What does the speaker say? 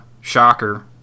shocker